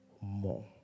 more